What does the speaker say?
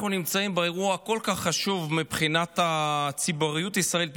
אנחנו נמצאים באירוע כל כך חשוב מבחינת הציבוריות הישראלית,